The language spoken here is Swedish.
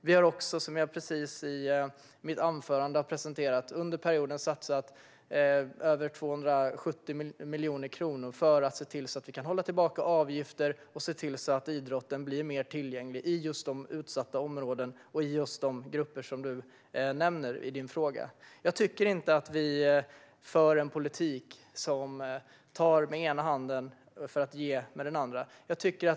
Vi har också, som jag presenterade i mitt anförande, under perioden satsat över 270 miljoner kronor för att se till att vi kan hålla tillbaka avgifter och göra idrotten mer tillgänglig i just de utsatta områden och grupper som Saila Quicklund nämner i sin fråga. Jag tycker inte att vi för en politik som tar med ena handen för att ge med den andra.